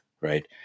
Right